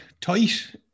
tight